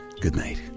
goodnight